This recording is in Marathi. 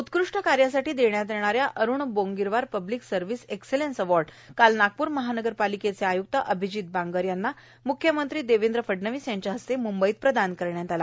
उत्कृष्ट कार्यासाठी देण्यात येणा या Arun Bongirwar public service excellence अवाई काल नागपूर महापालिकेचे आय्क्त अभिजीत बांगर यांना मुख्यमंत्री देवेंद्र फडणवीस यांच्या हस्ते मुंबई इथं प्रदान करण्यात आला